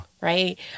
Right